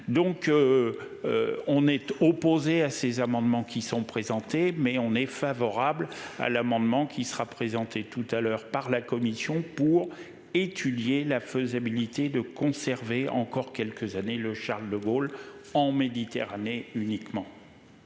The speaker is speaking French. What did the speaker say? donc. On est opposé à ces amendements qui sont présentés, mais on est favorable à l'amendement qui sera présenté tout à l'heure par la commission pour étudier la faisabilité de conserver encore quelques années le Charles-de-Gaulle en Méditerranée uniquement.